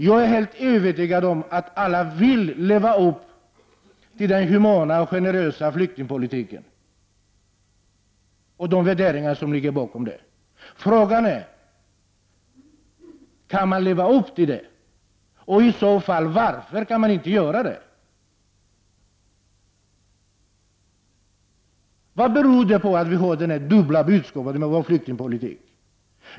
Jag är helt övertygad om att alla vill leva upp till den humana och generösa flyktingpolitiken och de värderingar som ligger bakom den. Frågan är då om man kan leva upp till det. Om så inte är fallet, varför kan man inte göra det? Vad beror det på att vi har dessa dubbla budskap i vår flyktingpolitik?